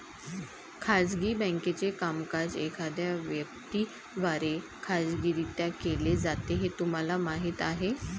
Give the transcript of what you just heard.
खाजगी बँकेचे कामकाज एखाद्या व्यक्ती द्वारे खाजगीरित्या केले जाते हे तुम्हाला माहीत आहे